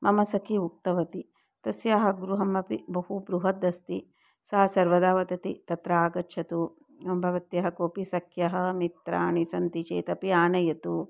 मम सखी उक्तवती तस्याः गृहमपि बहु बृहद् अस्ति सा सर्वदा वदति तत्र आगच्छतु भवत्याः कोपि सख्यः मित्राणि सन्ति चेदपि आनयतु